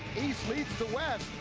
east leads the west,